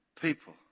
people